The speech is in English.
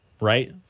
right